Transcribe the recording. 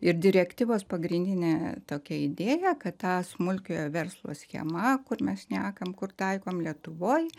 ir direktyvos pagrindinė tokia idėja kad tą smulkiojo verslo schema kur mes šnekam kur taikom lietuvoj